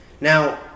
Now